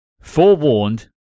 forewarned